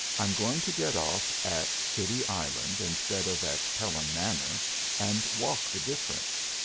i'm going to get off at city island instead of at pelham manor and walk the difference.